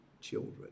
children